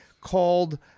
called